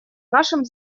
нашем